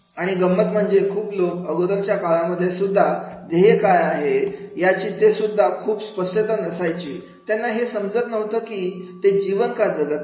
आणि गंमत म्हणजे खूप लोक अगोदरच्या काळामध्ये सुद्धा ध्येय काय आहे याची तेसुद्धा खूप स्पष्टता नसायचे त्यांना हे समजत नव्हतं की ते का जीवन जगत आहेत